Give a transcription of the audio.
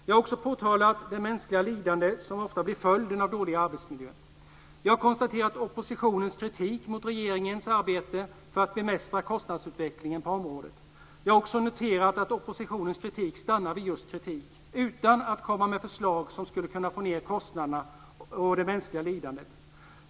Jag har också påtalat det mänskliga lidande som ofta blir följden av dålig arbetsmiljö. Jag har konstaterat oppositionens kritik mot regeringens arbete för att bemästra kostnadsutvecklingen på området. Jag har också noterat att oppositionens kritik stannar vid just kritik, utan att man kommer med förslag som skulle kunna få ned kostnaderna och det mänskliga lidandet.